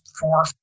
four